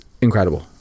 incredible